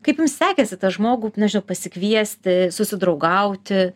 kaip jums sekėsi tą žmogų nežinau pasikviesti susidraugauti